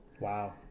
Wow